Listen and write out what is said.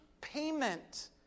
payment